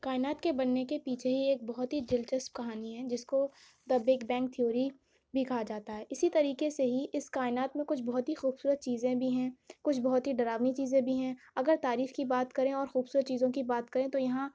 کائنات کے بننے کے پیچھے ہی ایک بہت ہی دلچسپ کہانی ہے جس کو دا بگ بینگ تھیوری بھی کہا جاتا ہے اسی طریقے سے ہی اس کائنات میں کچھ بہت ہی خوبصورت چیزیں بھی ہیں کچھ بہت ہی ڈراؤنی چیزیں بھی ہیں اگر تاریخ کی بات کریں اور خوبصورت چیزوں کی بات کریں تو یہاں